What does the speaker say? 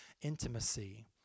intimacy